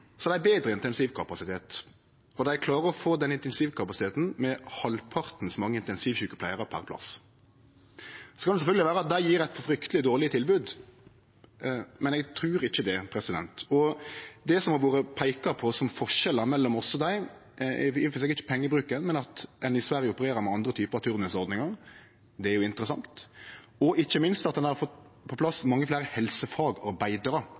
betre intensivkapasitet. Og dei klarer å få den intensivkapasiteten med halvparten så mange intensivsjukepleiarar per plass. Det kan sjølvsagt vere at dei gjev eit frykteleg dårleg tilbod, men eg trur ikkje det. Det som har vore peika på som forskjell mellom oss og dei, er i og for seg ikkje pengebruken, men at ein i Sverige opererer med andre typar turnusordningar – det er jo interessant – og ikkje minst at ein har fått på